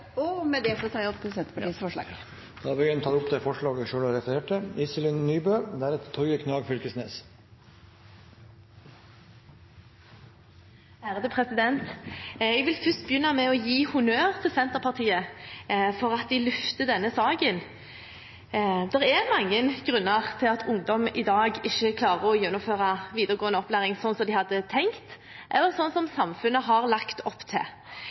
oss. Med dette tar jeg opp Senterpartiets forslag. Representanten Anne Tingelstad Wøien har tatt opp det forslaget hun refererte til. Jeg vil begynne med å gi honnør til Senterpartiet for at de løfter denne saken. Det er mange grunner til at ungdom i dag ikke klarer å gjennomføre videregående opplæring slik som de hadde tenkt, eller slik som samfunnet har lagt opp til.